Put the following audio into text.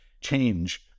change